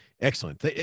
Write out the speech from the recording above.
excellent